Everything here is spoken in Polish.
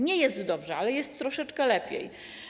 Nie jest dobrze, ale jest troszeczkę lepiej.